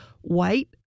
white